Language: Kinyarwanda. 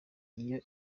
iyo